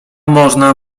można